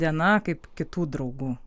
diena kaip kitų draugų